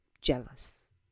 jealous